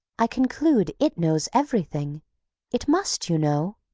i conclude it knows everything it must, you know.